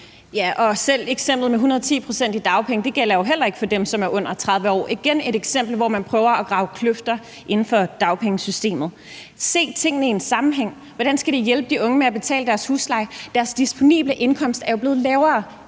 Selv eksemplet med 110 pct. i dagpenge gælder jo heller ikke for dem, som er under 30 år. Det er igen et eksempel på, at man prøver at grave kløfter inden for dagpengesystemet. Ordføreren siger, at man skal se tingene i den sammenhæng. Hvordan skal det hjælpe de unge med at betale deres husleje? Deres disponible indkomst er jo blevet lavere,